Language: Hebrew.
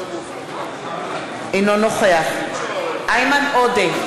אינו נוכח איימן עודה,